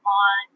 on